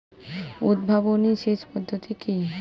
উদ্ভাবনী সেচ পদ্ধতি কি?